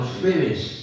finish